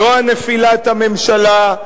לא נפילת הממשלה,